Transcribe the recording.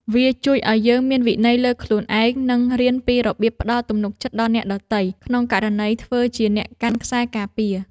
វាជួយឱ្យយើងមានវិន័យលើខ្លួនឯង និងរៀនពីរបៀបផ្ដល់ទំនុកចិត្តដល់អ្នកដទៃ ក្នុងករណីធ្វើជាអ្នកកាន់ខ្សែការពារ។